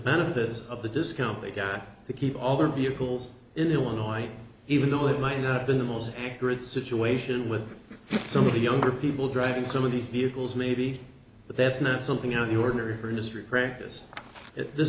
benefits of the discount they got to keep all their vehicles in illinois even though it might not have been the most accurate situation with some of the younger people driving some of these vehicles maybe but that's not something on your ordinary or industry practice if this